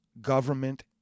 government